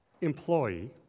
employee